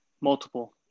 Multiple